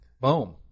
Boom